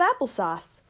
applesauce